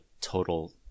total